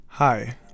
Hi